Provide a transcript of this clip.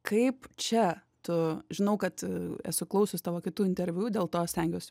kaip čia tu žinau kad esu klausius tavo kitų interviu dėl to stengiuos